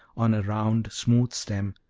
on a round, smooth stem,